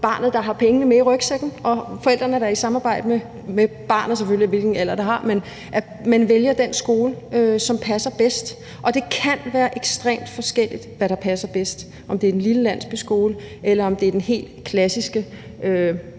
barnet, der har pengene med i rygsækken, og forældrene, der i samarbejde med barnet – selvfølgelig afhængigt af hvilken alder det har – vælger den skole, som passer bedst. Og det kan være ekstremt forskelligt, hvad der passer bedst, i forhold til om det er den lille landsbyskole, eller om det er den helt klassiske